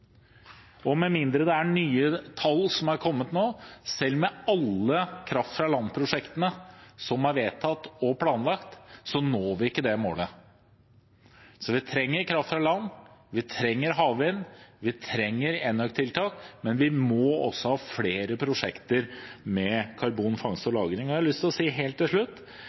Med mindre det er nye tall som er kommet nå, når vi ikke det målet – selv med alle kraft fra land-prosjektene som er vedtatt og planlagt. Vi trenger kraft fra land, vi trenger havvind, vi trenger enøk-tiltak, men vi må også ha flere prosjekter med karbonfangst og -lagring. Til slutt har jeg lyst til å si